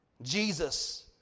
Jesus